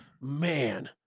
man